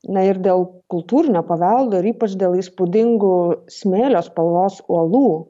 na ir dėl kultūrinio paveldo ir ypač dėl įspūdingų smėlio spalvos uolų